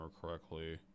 correctly